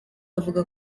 avuga